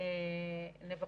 אומר